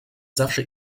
zawsze